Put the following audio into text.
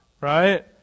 right